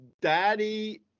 daddy